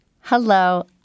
Hello